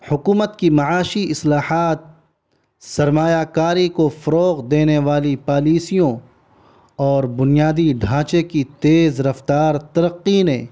حکومت کی معاشی اصلاحات سرمایہ کاری کو فروغ دینے والی پالیسیوں اور بنیادی ڈھانچے کی تیز رفتار ترقی نے